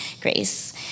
grace